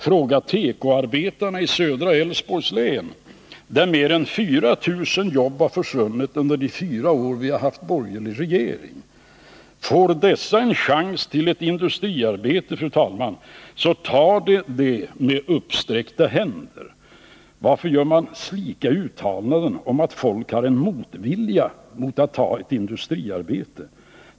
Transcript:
Fråga tekoarbetarna i södra Älvsborgs län, där mer än 4 000 jobb försvunnit under de fyra år vi haft borgerliga regeringar! Får dessa en chans till industriarbete, fru talman, tar de den med uppsträckta händer. Varför gör man slika uttalanden om att folk har en motvilja mot att ta industriarbete?